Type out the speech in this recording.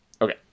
Okay